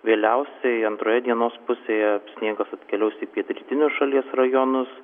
vėliausiai antroje dienos pusėje sniegas atkeliaus į pietrytinius šalies rajonus